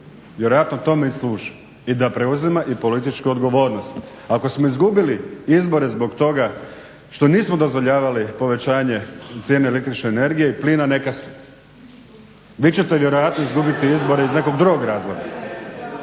Vjerojatno tome i služi. I da preuzima i političku odgovornost. Ako smo izgubili izbore zbog toga što nismo dozvoljavali povećanje cijene električne energije i plina neka smo. Vi ćete vjerojatno izgubiti izbore iz nekog drugog razloga.